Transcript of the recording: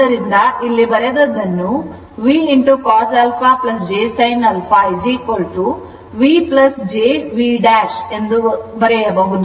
ಆದ್ದರಿಂದ ಇಲ್ಲಿ ಬರೆದದ್ದನ್ನು V Cos αjsinα v jv' ಎಂಬುದಾಗಿ ಬರೆಯ ಬರೆಯಬಹುದು